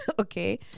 okay